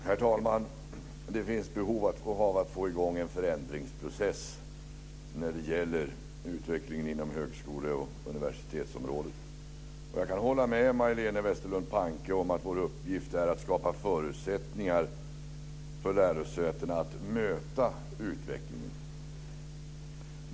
Herr talman! Det finns behov av att få i gång en förändringsprocess när det gäller utvecklingen inom högskole och universitetsområdet. Jag kan hålla med Majléne Westerlund Panke om att vår uppgift är att skapa förutsättningar för lärosätena att möta utvecklingen.